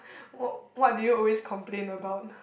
what what do you always complain about